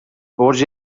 برج